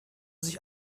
sich